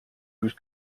whose